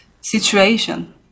situation